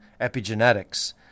epigenetics